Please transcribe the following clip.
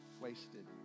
wasted